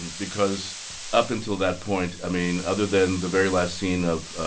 and because up until that point i mean, other than the very last scene of